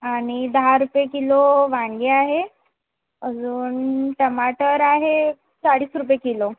आणि दहा रुपये किलो वांगे आहे अजून टमाटर आहे चाळीस रुपये किलो